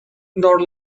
nor